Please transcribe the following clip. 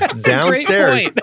downstairs